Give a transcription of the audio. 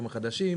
החדשים,